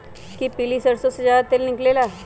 कि पीली सरसों से ज्यादा तेल निकले ला?